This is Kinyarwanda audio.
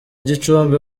gicumbi